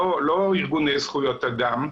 לא ארגוני זכויות אדם,